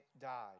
died